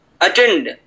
attend